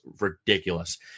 ridiculous